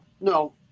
No